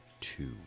two